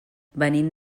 venim